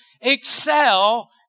excel